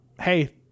hey